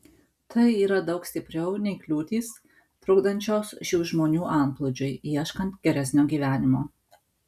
tai yra daug stipriau nei kliūtys trukdančios šių žmonių antplūdžiui ieškant geresnio gyvenimo